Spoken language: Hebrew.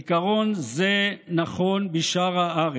עיקרון זה נכון בשאר הארץ.